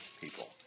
people